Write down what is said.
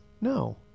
No